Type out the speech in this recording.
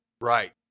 Right